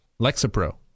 Lexapro